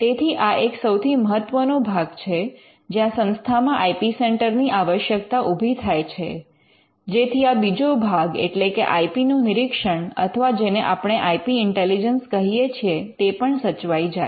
તેથી આ એક સૌથી મહત્વનો ભાગ છે જ્યાં સંસ્થામાં આઇ પી સેન્ટર ની આવશ્યકતા ઊભી થાય છે જેથી આ બીજો ભાગ એટલે કે આઇ પી નું નિરીક્ષણ અથવા જેને આપણે આઇ પી ઇન્ટેલિજન્સ કહીએ છીએ તે પણ સચવાઈ જાય